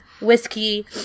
whiskey